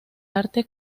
arte